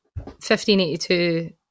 1582